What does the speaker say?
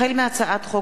החל בהצעת חוק